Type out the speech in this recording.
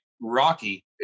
Rocky